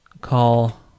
call